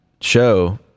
show